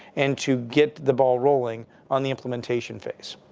and to get the ball rolling on the implementation phase.